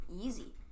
Easy